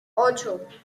ocho